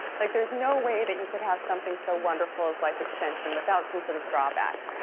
like, there's no way that you could have something so wonderful as life extension without some sort of drawback.